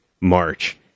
March